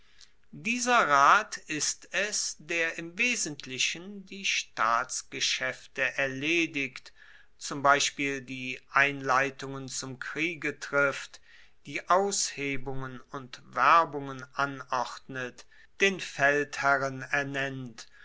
dieser rat ist es der im wesentlichen die staatsgeschaefte erledigt zum beispiel die einleitungen zum kriege trifft die aushebungen und werbungen anordnet den feldherrn ernennt